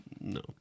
no